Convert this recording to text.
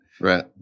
Right